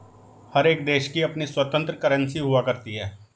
हर एक देश की अपनी स्वतन्त्र करेंसी हुआ करती है